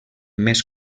més